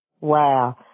Wow